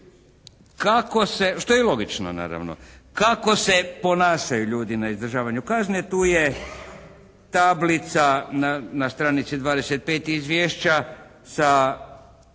Kako se, što je i logično naravno. Kako se ponašaju ljudi na izdržavanju kazne? Tu je tablica na stranici 25 Izvješća sa